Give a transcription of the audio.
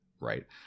right